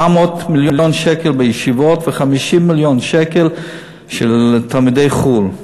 400 מיליון שקל בישיבות ו-50 מיליון שקל של תלמידי חו"ל.